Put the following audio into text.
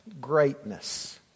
greatness